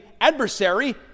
adversary